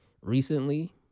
Recently